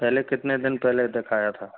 पहले कितने दिन पहले देखाया था